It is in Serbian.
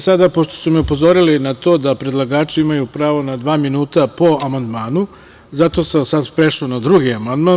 Sada, pošto su me upozorili na to da predlagači imaju pravo na dva minuta po amandmanu, zato sam prešao na drugi amandman.